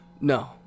No